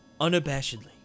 unabashedly